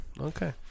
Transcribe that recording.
Okay